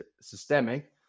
systemic